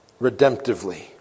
redemptively